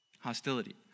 hostility